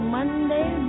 Monday